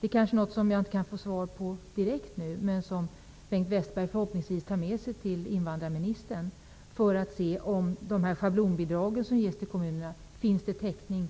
Det kanske är någonting som jag inte kan få svar på direkt men som Bengt Westerberg förhoppningsvis tar med sig till invandrarministern, för att se om det i de schablonbidrag som ges till kommunerna finns täckning även